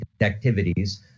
activities